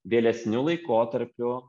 vėlesniu laikotarpiu